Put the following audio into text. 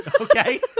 Okay